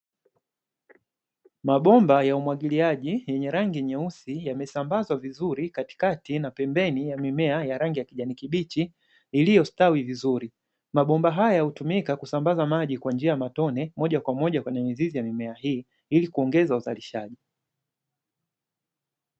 Mabomba ya umwagiliaji yenye rangi nyeusi yamesambazwa vizuri katikati na pembeni ya mimea ya rangi ya kijani kibichi iliyostawi vizuri. Mabomba haya hutumika kusambaza maji kwa njia ya matone moja kwa moja kwenye mizizi ya mimea hii, ili kuongeza uzalishaji.